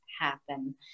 happen